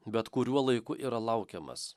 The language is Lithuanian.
bet kuriuo laiku yra laukiamas